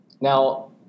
now